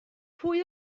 pwy